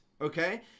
okay